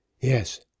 Yes